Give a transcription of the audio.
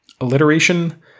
Alliteration